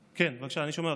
בבקשה, אני שומע אותך.